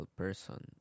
person